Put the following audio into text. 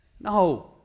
No